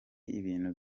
ibintu